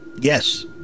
Yes